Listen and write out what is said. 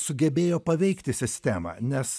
sugebėjo paveikti sistemą nes